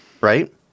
right